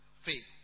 faith